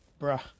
bruh